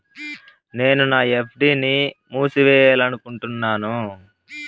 నేను నా ఎఫ్.డి ని మూసేయాలనుకుంటున్నాను